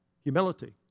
Humility